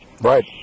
Right